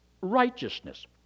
righteousness